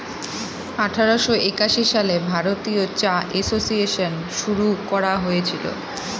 আঠারোশো একাশি সালে ভারতীয় চা এসোসিয়েসন শুরু করা হয়েছিল